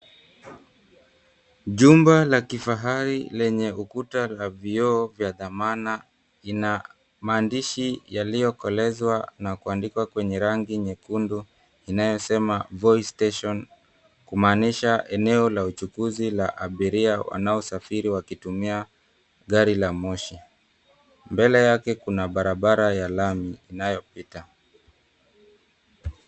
Jumba la kifahari lenye madirisha ya vioo vya dhamana ina maandishi iliyokolezwa kuandikwa kwa rangi nyekundu yanayosema voice station kumaanisha eneo la uchukuzi la abiria wanaosafiri wakitumia gari la moshi mbele yake kuna barabara ya lami inayopita.